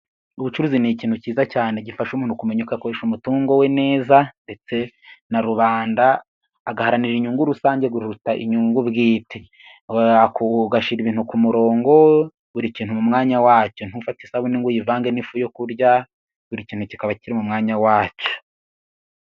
Ubucuruzi ni ikintu cyiza cyane gifasha umuntu kumenya uko akoresha umutungo we neza ndetse na rubanda， agaharanira inyungu rusange kuruta inyungu bwite， ugashyira ibintu ku murongo， buri kintu mu mwanya wacyo， ntufate isabune ngo uyivange n’ifu yo kurya， buri kintu kikaba kiri mu mwanya wacyo.